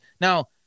Now